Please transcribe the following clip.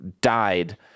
died